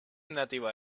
nativa